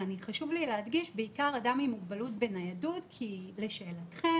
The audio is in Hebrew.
וחשוב לי להדגיש בעיקר אדם עם מוגבלות בניידות כי לשאלתכם